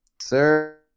Sir